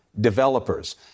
developers